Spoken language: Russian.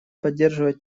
поддерживать